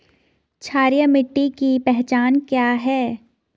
क्षारीय मिट्टी की पहचान क्या है?